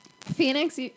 Phoenix